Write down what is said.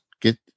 Get